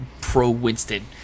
pro-Winston